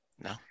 no